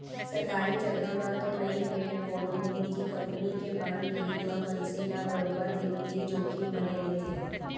सरकारी जघा म तो नई फेर कोनो निजी कंपनी के बांड लेहे म मनसे ल बरोबर बित्तीय जोखिम बने रइथे